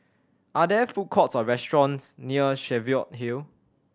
are there food courts or restaurants near Cheviot Hill